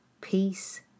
peace